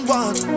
one